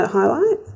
highlight